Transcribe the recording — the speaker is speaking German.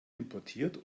importiert